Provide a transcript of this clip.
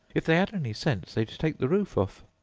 if they had any sense, they'd take the roof off